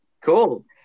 cool